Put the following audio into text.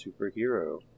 Superhero